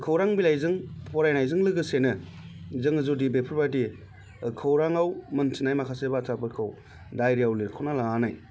खौरां बिलाइजों फरायनायजों लोगोसेनो जोङो जुदि बेफोरबादि खौराङाव मोनथिनाय माखासे बाथ्राफोरखौ दाइरियाव लिरख'ना लानानै